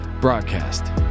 broadcast